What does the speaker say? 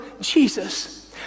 Jesus